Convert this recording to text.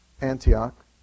Antioch